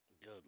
Good